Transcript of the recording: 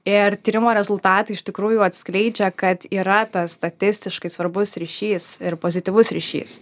ir tyrimo rezultatai iš tikrųjų atskleidžia kad yra tas statistiškai svarbus ryšys ir pozityvus ryšys